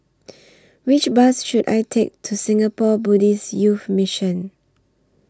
Which Bus should I Take to Singapore Buddhist Youth Mission